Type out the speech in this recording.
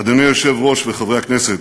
אדוני היושב-ראש וחברי הכנסת,